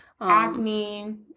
Acne